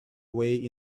way